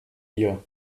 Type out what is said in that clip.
year